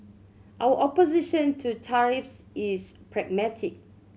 our opposition to tariffs is pragmatic